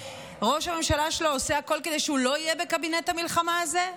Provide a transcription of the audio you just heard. ושראש הממשלה שלו עושה הכול כדי שהוא לא יהיה בקבינט המלחמה הזה?